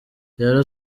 rero